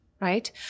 right